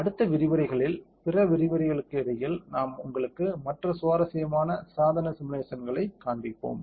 அடுத்த விரிவுரைகளில் பிற விரிவுரைகளுக்கு இடையில் நாம் உங்களுக்கு மற்ற சுவாரஸ்யமான சாதன சிமுலேஷன்ஸ்களைக் காண்பிப்போம்